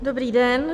Dobrý den.